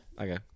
Okay